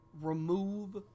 Remove